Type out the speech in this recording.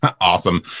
awesome